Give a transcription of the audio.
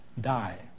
Die